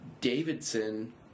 Davidson